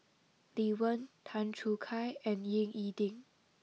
Lee Wen Tan Choo Kai and Ying E Ding